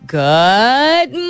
good